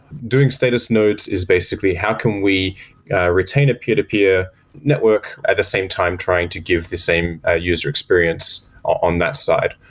doing status nodes is basically how can we retain a peer-to-peer network, at the same time trying to give the same ah user experience on that side.